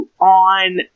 on